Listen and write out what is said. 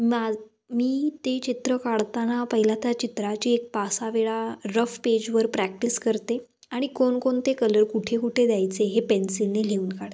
मग मी ते चित्र काढताना पहिला त्या चित्राची एक पाच सहा वेळा रफ पेजवर प्रॅक्टिस करते आणि कोणकोणते कलर कुठे कुठे द्यायचे हे पेंसिलने लिहून काढते